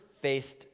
faced